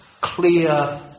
clear